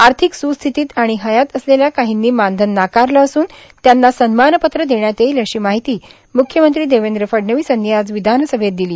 आर्थिक स्स्थितीत आणि हयात असलेल्या काहींनी मानधन नाकारले असून त्यांना सन्मानपत्र देण्यात येईल अशी माहिती म्ख्यमंत्री देवेंद्र फडणवीस यांनी आज विधानसभेत दिली